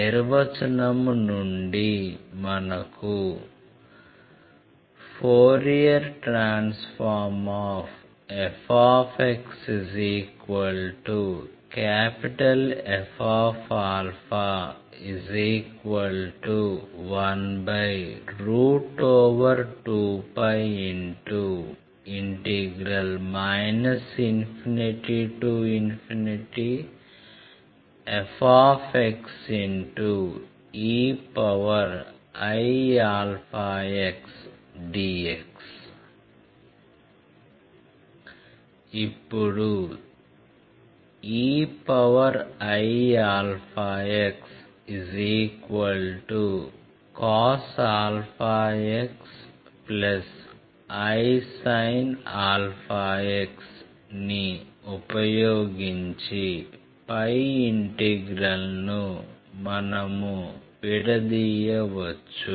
నిర్వచనం నుండి మనకు FfxF12π ∞fxeiαxdx ఇప్పుడు eiαxcos αx isin αx ని ఉపయోగించి పై ఇంటిగ్రల్ను మనం విడదీయవచ్చు